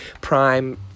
Prime